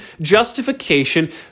justification